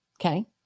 Okay